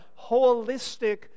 holistic